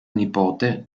nipote